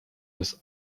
des